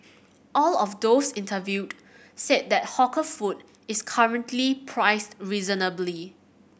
all of those interviewed said that hawker food is currently priced reasonably